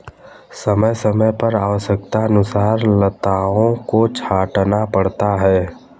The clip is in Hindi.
समय समय पर आवश्यकतानुसार लताओं को छांटना पड़ता है